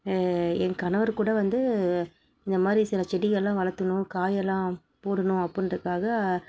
என் கணவர் கூட வந்து இந்த மாதிரி சில செடிகளெலாம் வளர்த்துணும் காயெல்லாம் போடணும் அப்புடின்றக்காக